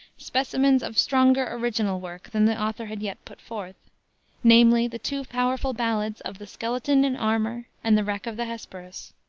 specimens of stronger original work than the author had yet put forth namely, the two powerful ballads of the skeleton in armor and the wreck of the hesperus.